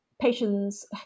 Patients